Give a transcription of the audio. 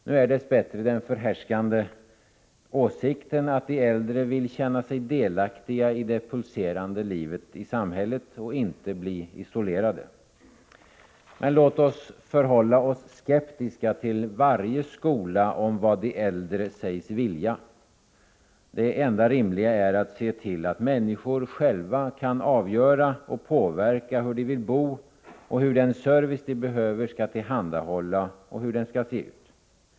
Nu är dess bättre den förhärskande åsikten att de äldre vill känna sig delaktiga i det pulserande livet i samhället och inte bli isolerade. Men låt oss förhålla oss skeptiska till varje skola om vad de äldre sägs vilja. Det enda rimliga är att se till att människor själva kan avgöra och påverka hur de vill bo och hur den service de behöver skall tillhandahållas och hur den skall se ut.